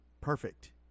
perfect